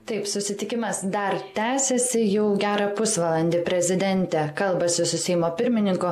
taip susitikimas dar tęsiasi jau gerą pusvalandį prezidentė kalbasi su seimo pirmininku